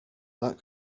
that